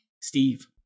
Steve